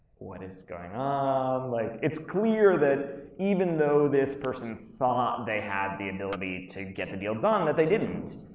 what is going on? like, it's clear that even though this person thought they had the ability to get the deal done that they didn't.